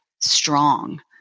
strong